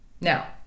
Now